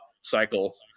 Cycle